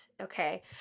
okay